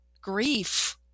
grief